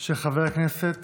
של חבר הכנסת